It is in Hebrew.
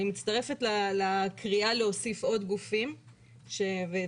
אני מצטרפת לקריאה להוסיף עוד גופים וזה